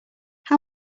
how